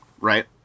right